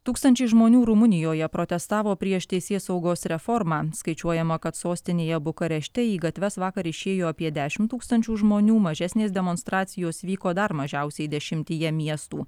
tūkstančiai žmonių rumunijoje protestavo prieš teisėsaugos reformą skaičiuojama kad sostinėje bukarešte į gatves vakar išėjo apie dešimt tūkstančių žmonių mažesnės demonstracijos vyko dar mažiausiai dešimtyje miestų